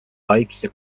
kaitsja